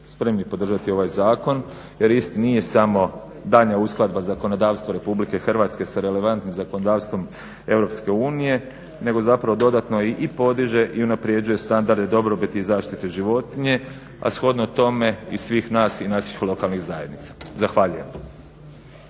spremni podržati ovaj zakon jer isti nije samo daljnja uskladba zakonodavstva RH sa relevantnim zakonodavstvom EU nego zapravo dodatno i podiže i unaprjeđuje standarde dobrobiti i zaštite životinja, a shodno tome i svih nas i naših lokalnih zajednica. Zahvaljujem.